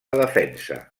defensa